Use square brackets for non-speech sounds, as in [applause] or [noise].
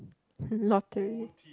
[noise] lottery